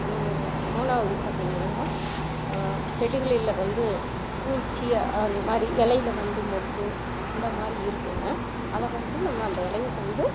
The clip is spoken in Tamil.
மூணாவது பார்த்திங்கன்னா செடிகளில் வந்து பூச்சி அந்தமாதிரி இலையில வந்து மொட்டு இந்தமாதிரி இருக்கும்ங்க அதை வந்து நம்ம அந்த இலைய வந்து